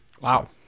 Wow